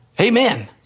Amen